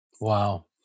Wow